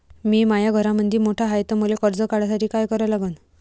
मी माया घरामंदी मोठा हाय त मले कर्ज काढासाठी काय करा लागन?